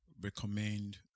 recommend